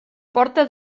porta